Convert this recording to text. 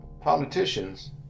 politicians